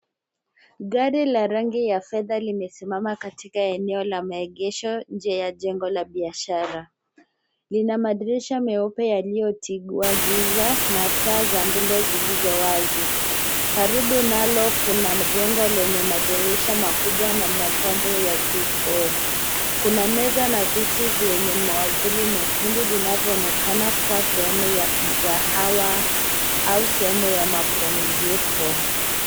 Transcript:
Gari la rangi ya fedha limesimama katika eneo la maegesho nje ya jengo la biashara. Lina madirisha meupe yaliyotigua giza na taa za mbele zilizo wazi. Karibu nalo kuna mjengo lenye madirisha makubwa na mapambo ya vioo. Kuna meza na viti vyenye miavuli myekundi vinavyoonekana kuwa sehemu ya mkahawa au sehemu ya mapumziko.